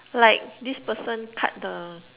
like this person cut the